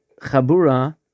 Chabura